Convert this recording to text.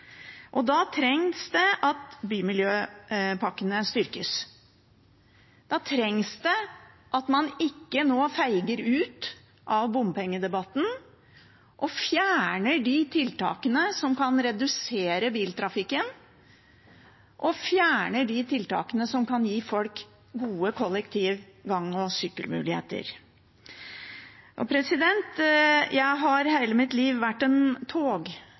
og da trengs det at bymiljøpakkene styrkes. Da trengs det at man ikke nå feiger ut av bompengedebatten og fjerner de tiltakene som kan redusere biltrafikken, og fjerner de tiltakene som kan gi folk gode kollektiv-, gang- og sykkelmuligheter. Jeg har hele mitt liv vært en